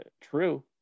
true